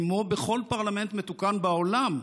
כמו בכל פרלמנט מתוקן בעולם,